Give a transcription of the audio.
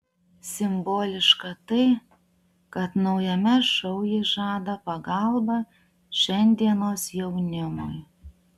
simboliška tai kad naujame šou ji žada pagalbą šiandienos jaunimui